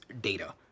data